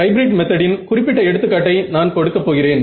hybrid மெத்தடின் குறிப்பிட்ட எடுத்துக்காட்டை நான் கொடுக்கப் போகிறேன்